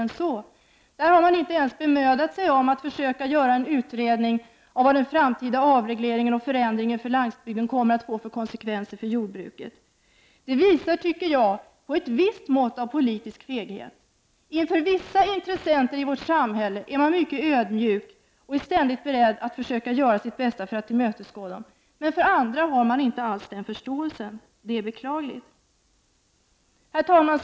När det gäller dem har man inte ens bemödat sig om att försöka göra en utredning om vad den framtida avregleringen och förändringen för landsbygden kommer att få för konsekvenser för jordbruket. Detta visar, tycker jag, på ett visst mått av politisk feghet. Inför en del intressenter i vårt samhälle är man mycket ödmjuk och ständigt beredd att göra sitt bästa för att tillmötesgå dem. Men för andra har man inte alls den förståelsen. Det är beklagligt. Herr talman!